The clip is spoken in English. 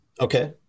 Okay